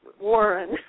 Warren